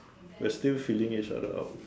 we are still feeling each other out